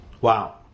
wow